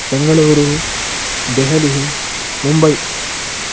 Bengaluru Delhi Mumbai